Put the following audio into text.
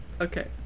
Okay